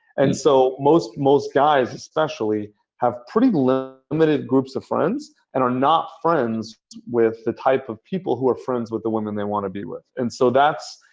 and so, most most guys especially have pretty limited limited groups of friends and are not friends with the type of people who are friends with the woman they want to be with. and so, that's